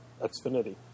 Xfinity